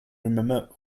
remember